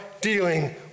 dealing